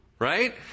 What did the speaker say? right